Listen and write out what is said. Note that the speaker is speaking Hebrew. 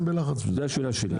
זה השאלה שלי.